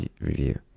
review